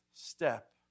step